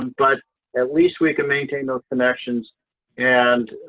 and but at least we can maintain those connections and,